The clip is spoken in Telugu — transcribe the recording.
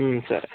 సరే